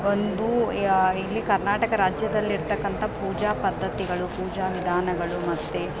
ಒಂದು ಯಾ ಇಲ್ಲಿ ಕರ್ನಾಟಕ ರಾಜ್ಯದಲ್ಲಿರ್ತಕಂಥ ಪೂಜಾ ಪದ್ದತಿಗಳು ಪೂಜಾ ವಿಧಾನಗಳು ಮತ್ತು